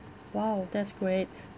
!wow! that's great